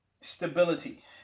Stability